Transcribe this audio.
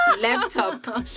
laptop